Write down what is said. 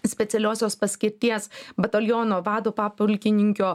specialiosios paskirties bataliono vado papulkininkio